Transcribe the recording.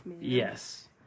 Yes